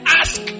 ask